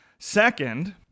Second